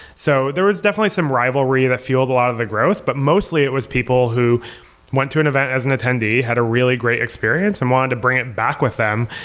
so there was definitely some rivalry that fueled a lot of the growth. but mostly, it was people who went to an event as an attendee, had a really great experience and wanted to bring it back with them,